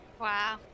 Wow